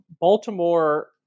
Baltimore